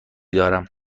دارم